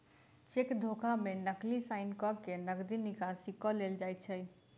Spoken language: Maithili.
चेक धोखा मे नकली साइन क के नगदी निकासी क लेल जाइत छै